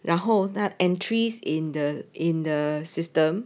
然后他 entries in the in the system